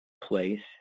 place